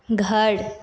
घर